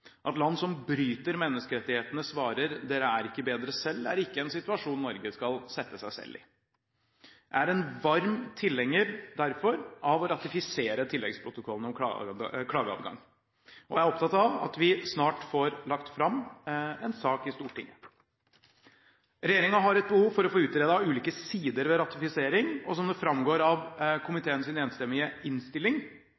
At land som bryter menneskerettighetene, svarer at dere er ikke bedre selv, er ikke en situasjon Norge skal sette seg selv i. Jeg er derfor en varm tilhenger av å ratifisere tilleggsprotokollen om klageadgang, og jeg er opptatt av at Stortinget snart får seg forelagt en sak. Regjeringen har et behov for å få utredet ulike sider ved ratifisering, og som det framgår av